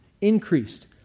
increased